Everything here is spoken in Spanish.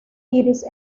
iris